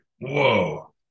whoa